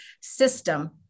system